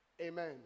Amen